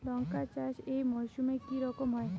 লঙ্কা চাষ এই মরসুমে কি রকম হয়?